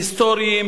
היסטוריים,